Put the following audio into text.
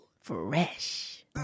Fresh